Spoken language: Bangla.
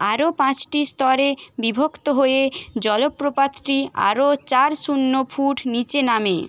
আরও পাঁচটি স্তরে বিভক্ত হয়ে জলপ্রপাতটি আরও চার শূন্য ফুট নিচে নামে